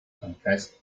confessed